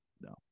No